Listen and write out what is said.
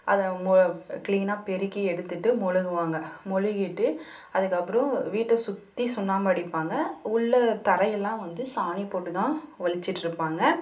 அதை மு கிளீனாக பெருக்கி எடுத்துகிட்டு மொழுகுவாங்க மொழுகிட்டு அதுக்கப்புறம் வீட்டை சுற்றி சுண்ணாம்பு அடிப்பாங்க உள்ள தரையெல்லாம் வந்து சாணி போட்டு தான் வழிச்சுட்டு இருப்பாங்க